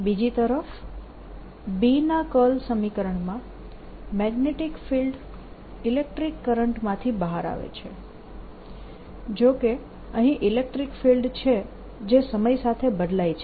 બીજી તરફ B ના કર્લ B સમીકરણમાં મેગ્નેટીક ફિલ્ડ ઇલેક્ટ્રીક કરંટમાંથી બહાર આવે છે જો કે અહીં ઇલેક્ટ્રીક ફિલ્ડ છે જે સમય સાથે બદલાય છે